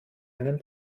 einen